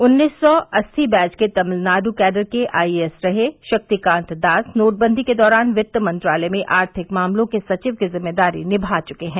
उन्नीस सौ अस्सी बैच के तमिलनाड् कैडर के आईएएस रहे शक्तिकांत दास नोटबंदी के दौरान वित्त मंत्रालय में आर्थिक मामलों के सचिव की ज़िम्मेदारी निभा चुके हैं